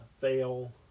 fail